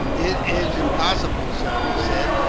it is impossible, sir, he said,